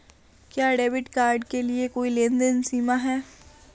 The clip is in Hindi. क्या डेबिट कार्ड के लिए कोई लेनदेन सीमा है?